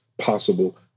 possible